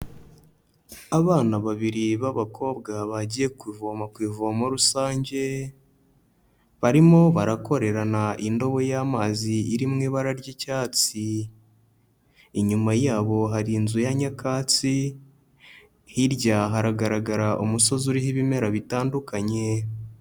Abana babiri b'abakobwa bagiye kuvoma ku ivomo rusange, barimo barakorerana indobo y'amazi iri mu ibara ry'icyatsi, inyuma yabo hari inzu ya nyakatsi, hirya haragaragara umusozi uriho ibimera bitandukanye.